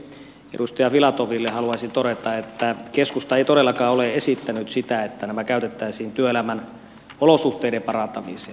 edustaja filatoville haluaisin todeta että keskusta ei todellakaan ole esittänyt sitä että nämä käytettäisiin työelämän olosuhteiden parantamiseen